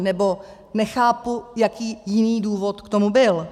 Nebo nechápu, jaký jiný důvod k tomu byl.